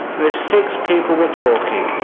the six people were talking,